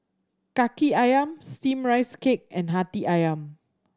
Kaki Ayam Steamed Rice Cake and Hati Ayam